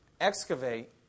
Excavate